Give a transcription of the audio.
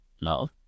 love